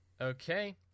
okay